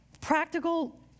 practical